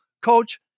Coach